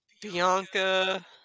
Bianca